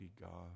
God